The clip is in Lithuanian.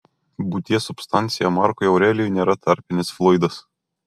būties substancija markui aurelijui nėra tarpinis fluidas